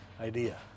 idea